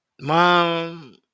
mom